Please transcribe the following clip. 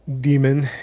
demon